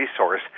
resource